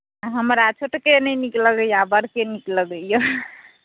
आ हमरा छोटके नहि नीक लगैए आ बड़का नीक लगैए